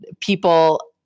people